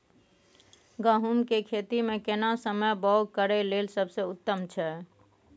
गहूम के खेती मे केना समय बौग करय लेल सबसे उत्तम छै?